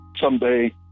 someday